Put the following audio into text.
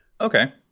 Okay